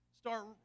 start